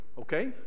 Okay